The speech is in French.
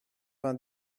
vingt